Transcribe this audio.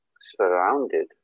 surrounded